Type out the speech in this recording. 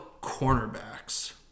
cornerbacks